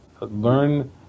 Learn